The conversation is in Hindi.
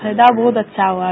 फायदा बहुत अच्चा हुआ है